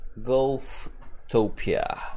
Golftopia